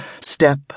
step